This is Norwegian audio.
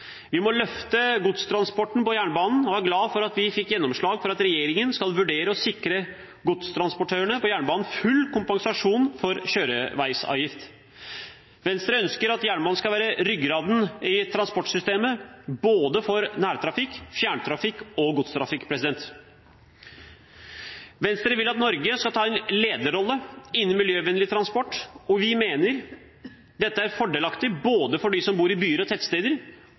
Vi må løfte godstransporten over på jernbanen, og vi er glad for at vi fikk gjennomslag for at regjeringen skal vurdere å sikre godstranportørene på jernbanen full kompensasjon for kjøreveisavgift. Venstre ønsker at jernbanen skal være ryggraden i transportsystemet, både for nærtrafikk, fjerntrafikk og godstrafikk. Venstre vil at Norge skal ta en lederrolle innen miljøvennlig transport, og vi mener dette er fordelaktig både for dem som bor i byer og i tettsteder,